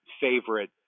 favorite